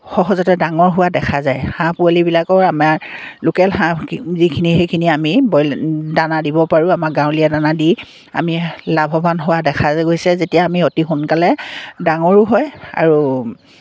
সহজতে ডাঙৰ হোৱা দেখা যায় হাঁহ পোৱালিবিলাকো আমাৰ লোকেল হাঁহ যিখিনি সেইখিনি আমি ব্ৰইলাৰ দানা দিব পাৰোঁ আমাৰ গাঁৱলীয়া দানা দি আমি লাভৱান হোৱা দেখা গৈছে যেতিয়া আমি অতি সোনকালে ডাঙৰো হয় আৰু